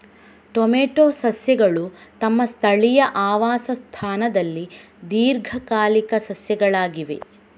tomato ಸಸ್ಯಗಳು ತಮ್ಮ ಸ್ಥಳೀಯ ಆವಾಸ ಸ್ಥಾನದಲ್ಲಿ ದೀರ್ಘಕಾಲಿಕ ಸಸ್ಯಗಳಾಗಿವೆ